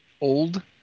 old